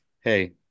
hey